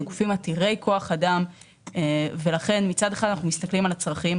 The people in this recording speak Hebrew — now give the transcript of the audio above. הם גופים עתירי כוח אדם ולכן מצד אחד אנחנו מסתכלים על הצרכים,